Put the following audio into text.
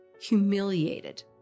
humiliated